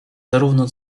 zarówno